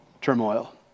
turmoil